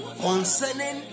concerning